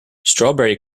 strawberry